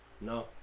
No